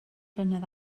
flynedd